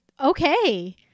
Okay